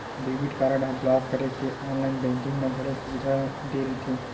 debit card block करे के online banking म घलो सुबिधा दे रहिथे